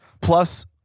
Plus